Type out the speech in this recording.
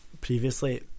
previously